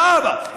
האבא,